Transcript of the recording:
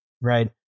right